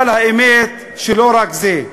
אבל האמת שלא רק זה.